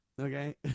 Okay